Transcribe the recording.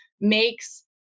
makes